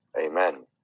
Amen